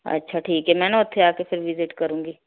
ਅੱਛਾ ਠੀਕ ਹੈ ਮੈਂ ਨਾ ਉੱਥੇ ਆ ਕੇ ਫਿਰ ਵਿਜ਼ਿਟ ਕਰੂੰਗੀ